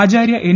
Acharya N